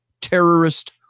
terrorist